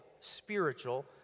spiritual